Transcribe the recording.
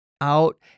out